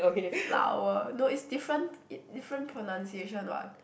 flower no it's different it different pronunciation [what]